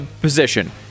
Position